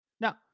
Now